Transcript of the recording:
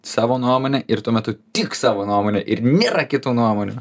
savo nuomonę ir tuo metu tik savo nuomonę ir nėra kitų nuomonių